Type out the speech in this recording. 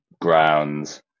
grounds